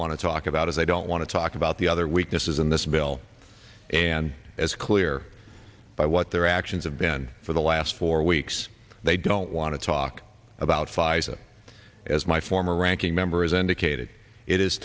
want to talk about as they don't want to talk about the other weaknesses in this bill and as clear by what their actions have been for the last four weeks they don't want to talk about pfizer as my former ranking member has indicated it is